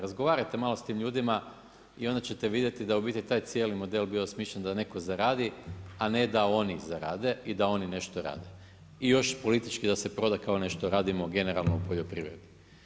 Razgovarajte malo s tim ljudima i onda ćete vidjeti da je u biti taj cijeli model bio osmišljen da neko zaradi, a ne da oni zarade i da oni nešto rade i još politički da se proda kao nešto radimo generalno u poljoprivredi.